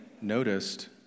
noticed